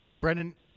Brendan